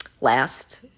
last